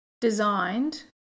designed